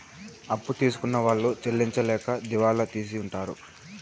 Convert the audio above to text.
అప్పు తీసుకున్న వాళ్ళు చెల్లించలేక దివాళా తీసింటారు